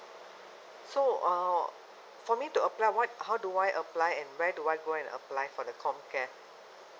so uh for me to apply what how do I apply and where do I go and apply for the comcare